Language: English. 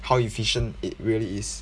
how efficient it really is